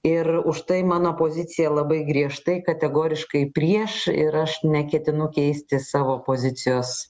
ir užtai mano pozicija labai griežtai kategoriškai prieš ir aš neketinu keisti savo pozicijos